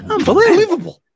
Unbelievable